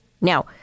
Now